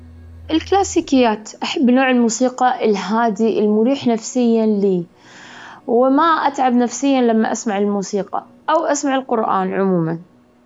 الديمينو، أنا أحب ألعب ديمينيو وكوتشينة. أحب ألعب كل شيء مع أصحابي. لأن هذي اللعبة تختبر فينا ذكاءنا وقوة عقلنا وصحتنا النفسية والعقلية مع بعظ.